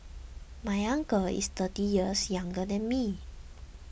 my uncle is thirty years younger than me